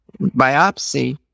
biopsy